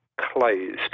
closed